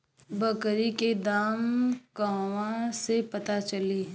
बकरी के दाम कहवा से पता चली?